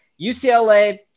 UCLA